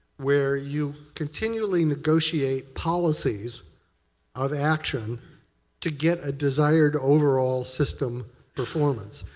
where you continually negotiate policies of action to get a desired overall system performance.